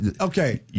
Okay